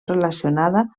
relacionada